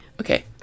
Okay